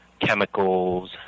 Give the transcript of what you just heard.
chemicals